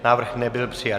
Návrh nebyl přijat.